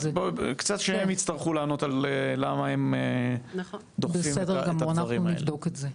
קצת שהם יצטרכו לענות על למה הם דוחפים את הדברים האלה.